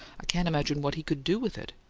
can't imagine what he could do with it.